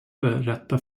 berätta